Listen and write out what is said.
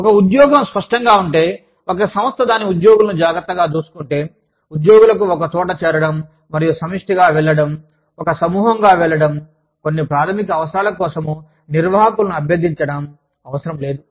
ఒక ఉద్యోగం స్పష్టంగా ఉంటే ఒక సంస్థ దాని ఉద్యోగులను జాగ్రత్తగా చూసుకుంటే ఉద్యోగులకు ఒకచోట చేరడం మరియు సమిష్టిగా వెళ్లడం ఒక సమూహంగా వెళ్లడం కొన్ని ప్రాథమిక అవసరాల కోసం నిర్వాహకులను అభ్యర్థించడం అవసరం లేదు